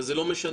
וזה לא משנה,